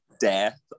death